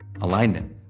alignment